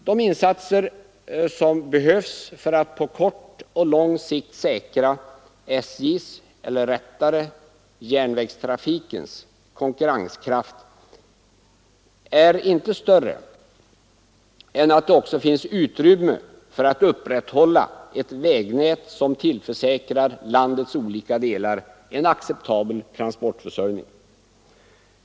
De insatser som behövs för att på kort och lång sikt säkra SJ:s, eller rättare sagt järnvägstrafikens, konkurrenskraft är inte större än att det också finns utrymme för att upprätthålla ett vägnät som tillförsäkrar landets olika delar en acceptabel transportförsörjning.